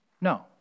No